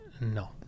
No